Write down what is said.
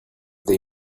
they